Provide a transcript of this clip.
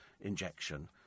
injection